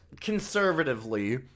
conservatively